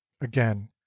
again